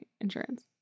insurance